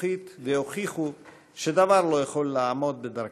הזכוכית והוכיחו שדבר לא יכול לעמוד בדרכם.